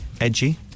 edgy